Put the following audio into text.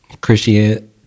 Christian